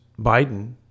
Biden